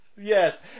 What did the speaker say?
Yes